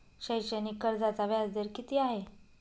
शैक्षणिक कर्जाचा व्याजदर किती आहे?